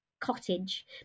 cottage